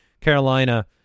Carolina